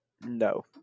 No